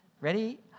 Ready